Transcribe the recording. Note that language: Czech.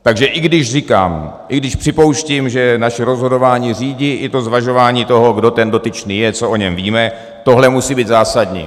Takže i když říkám, i když připouštím, že naše rozhodování řídí i zvažování toho, kdo ten dotyčný je, co o něm víme, tohle musí být zásadní.